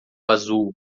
azul